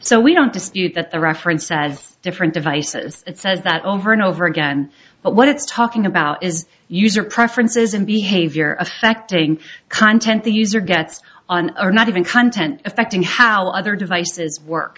so we don't dispute that the reference says different devices it says that over and over again but what it's talking about is user preferences in behavior affecting content the user gets on or not even content affecting how other devices work